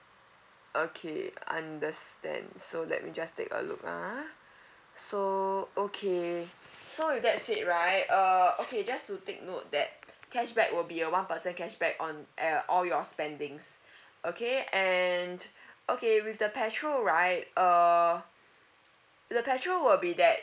okay understand so let me just take a look ah so okay so that's it right uh okay just to take note that cashback will be a one percent cashback on a~ all your spendings okay and okay with the petrol right uh the petrol will be that